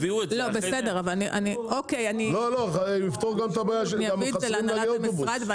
זה יפתור גם את הבעיה --- אני אביא את זה להנהלת המשרד,